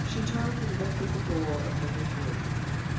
she turned, and looked at the door of number three.